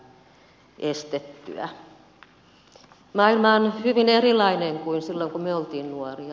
maailma on hyvin erilainen kuin silloin kun me olimme nuoria